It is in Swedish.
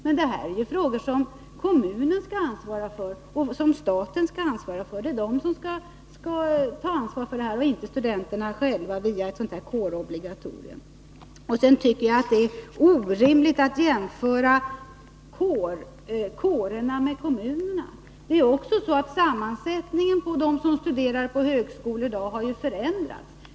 Men detta är frågor som kommunen och staten skall ansvara för. Det är de som skall ta ansvar för detta och inte studenterna själva via ett sådant här kårobligatorium. Det är orimligt att jämföra kårerna med kommunerna. Dessutom har sammansättningen på de som studerar på högskolan i dag förändrats.